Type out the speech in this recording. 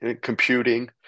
computing